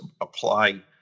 apply